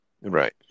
Right